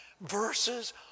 verses